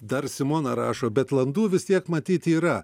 dar simona rašo bet landų vis tiek matyt yra